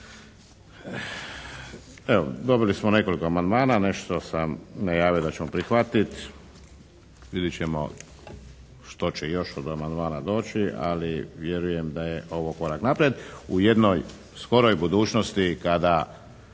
dobili smo nekoliko amandmana, nešto sam najavio da ćemo prihvatiti, vidjet ćemo što će još od amandmana doći, ali vjerujem da je ovo korak naprijed. U jednoj skoroj budućnosti kada